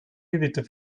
gewitter